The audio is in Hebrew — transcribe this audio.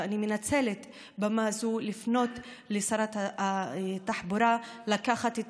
ואני מנצלת במה זו כדי לפנות לשרת התחבורה לקחת את